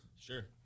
Sure